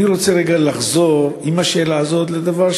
אני רוצה רגע לחזור עם השאלה הזאת לדבר,